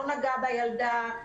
לא נגעה בילדה,